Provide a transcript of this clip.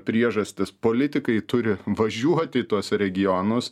priežastis politikai turi važiuoti į tuos regionus